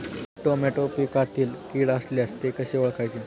Tomato पिकातील कीड असल्यास ते कसे ओळखायचे?